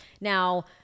now